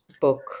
book